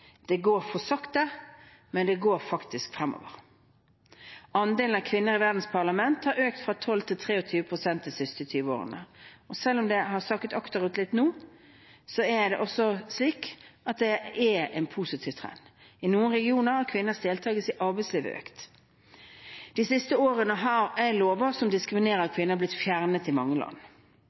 Det går for sakte, men det går faktisk fremover. Andelen kvinner i verdens parlament har økt fra 12 pst. til 23 pst. de siste 20 årene. Selv om det nå har sakket litt akterut, er det også slik at det er en positiv trend. I noen regioner har kvinners deltakelse i arbeidslivet økt. De siste årene er lover som diskriminerer kvinner, blitt fjernet i mange land.